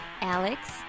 Alex